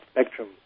spectrum